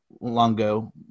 Longo